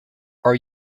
are